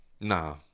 Nah